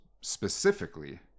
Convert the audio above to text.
specifically